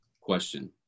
question